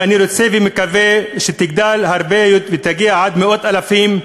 ואני רוצה ומקווה שתגדל ותגיע עד מאות אלפים,